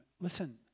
listen